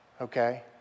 okay